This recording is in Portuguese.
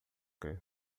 que